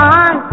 on